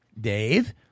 dave